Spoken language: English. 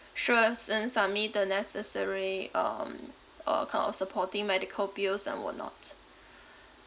sure s~ then submit the necessary um uh kind of supporting medical bills and whatnot